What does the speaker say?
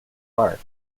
park